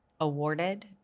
awarded